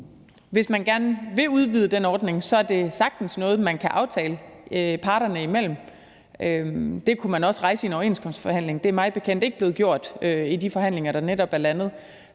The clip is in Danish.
Hvis man gerne vil udvide den ordning, er det sagtens noget, man kan aftale parterne imellem. Man kunne også rejse det i en overenskomstforhandling – det er mig bekendt ikke blevet gjort ved de forhandlinger, der netop er landet.